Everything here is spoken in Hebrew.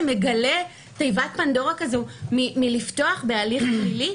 תיבת פנדורה כזאת מלפתוח בהליך פלילי?